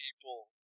people